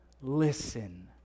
Listen